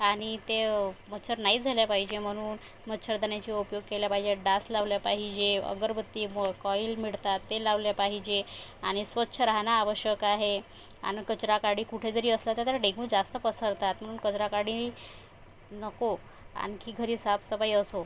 आणि ते मच्छर नाही झाले पाहिजे म्हणून मच्छरदाण्याचा उपयोग केला पाहिजे डास लावले पाहिजे अगरबत्ती कॉइल मिळतात ते लावले पाहिजे आणि स्वच्छ राहणं आवश्यक आहे आणि कचरा गाडी कुठे जरी असल्या तर त्या डेंग्यू जास्त पसरतात म्हणून कचरा गाडी नको आणखी घरी साफसफाई असो